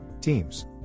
teams